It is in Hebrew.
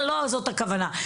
אבל לא זאת הכוונה,